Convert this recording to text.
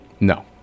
No